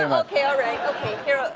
um okay. all right. okay. here.